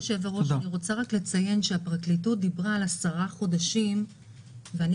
אני רוצה לציין שהפרקליטות דיברה על עשרה חודשים ואני